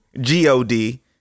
G-O-D